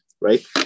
right